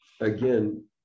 again